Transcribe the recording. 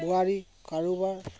বোৱাৰী কাৰোবাৰ